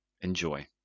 Enjoy